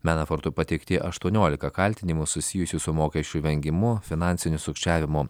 menaforto pateikti aštuoniolika kaltinimų susijusių su mokesčių vengimu finansiniu sukčiavimu